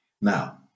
Now